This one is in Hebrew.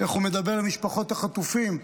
איך הוא מדבר אל משפחות החטופים,